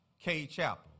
K-Chapel